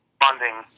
funding